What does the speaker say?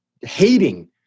hating